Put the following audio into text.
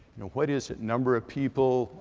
what is it? number of people.